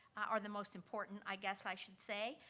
or the most important, i guess i should say.